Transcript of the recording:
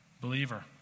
Believer